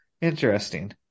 interesting